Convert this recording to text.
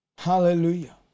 Hallelujah